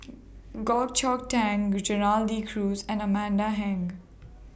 Goh Chok Tong Gerald De Cruz and Amanda Heng